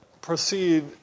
proceed